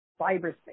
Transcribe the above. Fiberspace